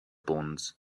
bonds